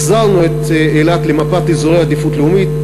החזרנו את אילת למפת אזורי העדיפות הלאומית.